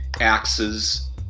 Axes